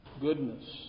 goodness